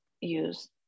use